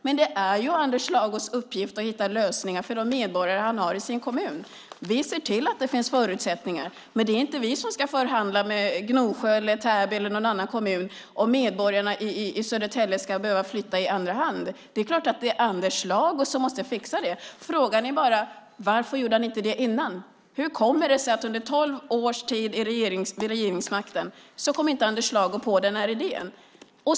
Men det är Anders Lagos uppgift att hitta lösningar för de medborgare som han har i sin kommun. Vi ser till att det finns förutsättningar. Men det är inte vi som ska förhandla med Gnosjö, Täby eller någon annan kommun om medborgarna i Södertälje ska behöva flytta i andra hand. Det är klart att det är Anders Lago som måste fixa det. Frågan är bara: Varför gjorde han inte det tidigare? Hur kommer det sig att Anders Lago under tolv års tid med Socialdemokraterna vid regeringsmakten inte kom på den här idén?